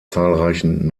zahlreichen